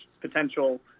potential